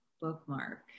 bookmark